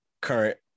current